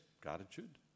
gratitude